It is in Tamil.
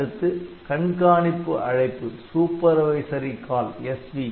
அடுத்து கண்காணிப்பு அழைப்பு Supervisory Call SV